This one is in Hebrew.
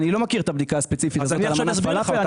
אני לא מכיר את הבדיקה הספציפית על מנת פלאפל,